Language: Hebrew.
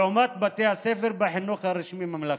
לעומת בתי הספר בחינוך הרשמי-ממלכתי.